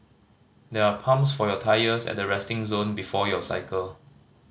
there are pumps for your tyres at the resting zone before you cycle